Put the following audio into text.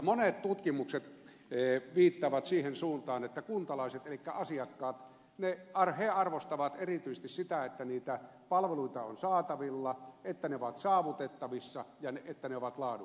monet tutkimukset viittaavat siihen suuntaan että kuntalaiset elikkä asiakkaat arvostavat erityisesti sitä että niitä palveluita on saatavilla että ne ovat saavutettavissa ja että ne ovat laadukkaita